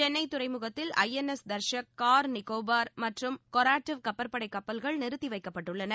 சென்னை துறைமுகத்தில் ஐஎன்ஸ் தர்ஷக் கார் நிகோபார் மற்றும் கொராடிவ் கடற்படைக் கப்பல்கள் நிறுத்தி வைக்கப்பட்டுள்ளது